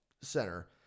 Center